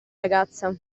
ragazza